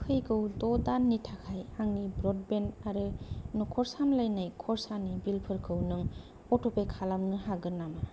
फैगौ द' दाननि थाखाय आंनि ब्र'डबेन्ड आरो न'खर सामलायनाय खरसानि बिलफोरखौ नों अट'पे खालामनो हागोन नामा